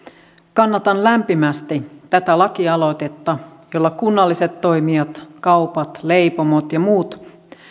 kannatan lämpimästi tätä lakialoitetta jolla kunnalliset toimijat kaupat leipomot ja muut